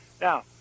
Now